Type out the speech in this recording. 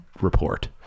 report